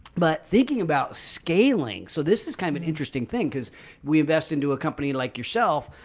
but thinking about scaling so this is kind of an interesting thing because we invest into a company like yourself,